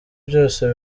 byose